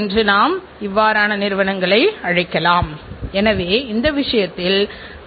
ஏனென்றால் மற்றொரு சிறந்த நிறுவனம் தங்களது தரமான பொருளை வெளியே கொண்டுவரக்கூடும்